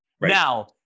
Now